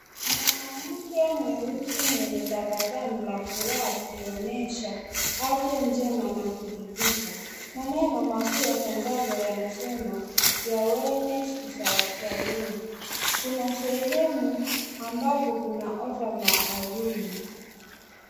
Mwanamke mweusi mwenye tabasamu la furaha akionyesha afya njema na kuridhika. Maneno makuu yanatangazwa yanasema your wellness is our priority ,kuna sehemu ambapo kuna ofa maalum.